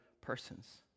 persons